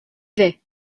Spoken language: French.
vais